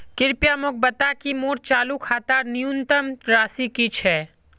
कृपया मोक बता कि मोर चालू खातार न्यूनतम राशि की छे